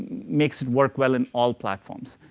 makes it work well in all platforms.